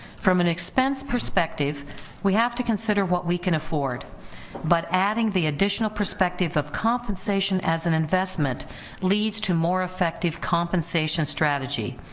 from an expense perspective we have to consider what we can afford but adding the additional perspective of compensation as an investment leads to more effective compensation strategy,